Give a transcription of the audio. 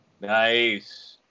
Nice